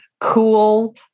cool